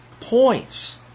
points